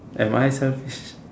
am I selfish